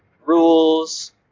rules